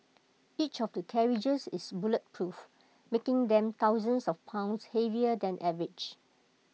each of the carriages is bulletproof making them thousands of pounds heavier than average